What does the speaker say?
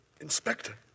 Inspector